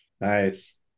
Nice